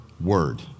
word